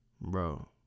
bro